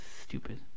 stupid